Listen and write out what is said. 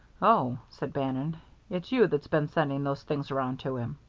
oh, said bannon it's you that's been sending those things around to him.